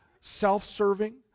self-serving